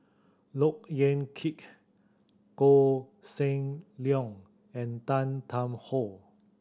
Look Yan Kit Koh Seng Leong and Tan Tarn How